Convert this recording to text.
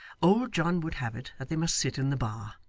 old john would have it that they must sit in the bar,